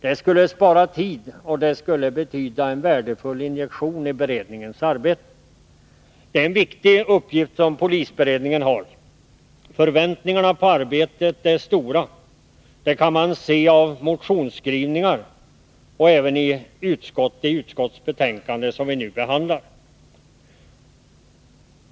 Det skulle spara tid, och det skulle betyda en värdefull injektion i beredningens arbete. Det är en viktig uppgift som polisberedningen har. Förväntningarna på arbetet är stora — det kan man se av motionsskrivningar och även i det utskottsbetänkande som vi nu behandlar.